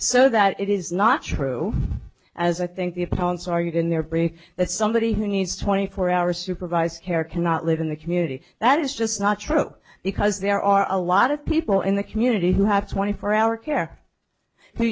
so that it is not true as i think the opponents are you can there be that somebody who needs twenty four hour supervised care cannot live in the community that is just not true because there are a lot of people in the community who have twenty four hour care who